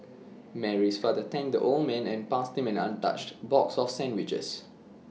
Mary's father thanked the old man and passed him an untouched box of sandwiches